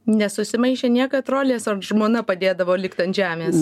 nesusimaišė niekad rolės žmona padėdavo likt ant žemės